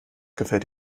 gefällt